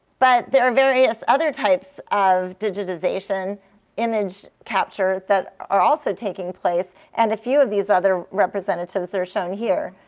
but there are various other types of digitization image captures that are also taking place, and a few of these other representatives are shown here.